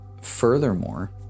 Furthermore